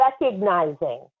recognizing